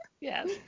yes